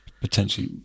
potentially